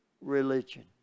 religion